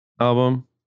album